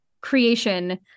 creation